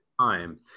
time